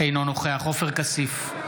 אינו נוכח עופר כסיף,